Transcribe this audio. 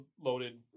loaded